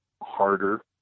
harder